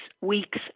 weeks